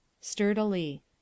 Sturdily